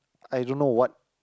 I don't know what